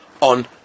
on